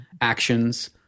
actions